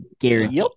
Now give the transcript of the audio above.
Gary